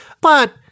but-